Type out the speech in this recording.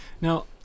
Now